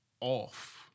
off